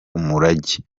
umurage